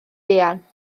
fuan